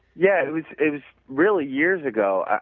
yeah, it was it was really years ago.